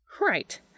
Right